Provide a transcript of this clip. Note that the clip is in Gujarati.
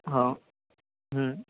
હા હા